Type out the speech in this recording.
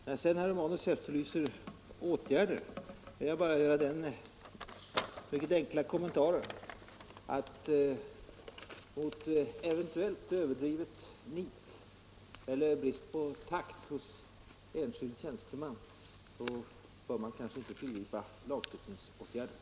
När sedan herr Romanus efterlyser åtgärder, vill jag bara göra den enkla kommentaren att mot eventuellt överdrivet nit eller mot brist på takt hos enskild tjänsteman bör man kanske inte tillgripa lagstiftningsåtgärder.